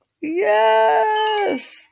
Yes